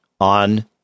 on